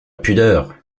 pudeur